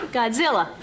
Godzilla